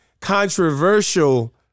controversial